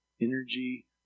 energy